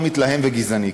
לא מתלהם וגזעני.